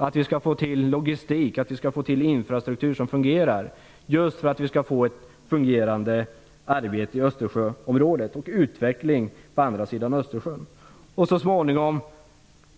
Vi måste få till logistik och infrastruktur som fungerar just för att vi skall få ett fungerande arbete i Östersjöområdet och en utveckling på andra sidan Östersjön. Så småningom